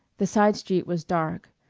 the side street was dark,